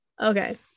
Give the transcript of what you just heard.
Okay